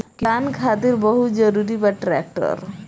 किसान खातिर बहुत जरूरी बा ट्रैक्टर